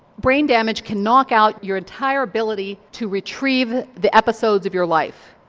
brain damage can knock out your entire ability to retrieve the episodes of your life.